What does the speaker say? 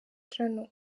journal